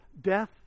death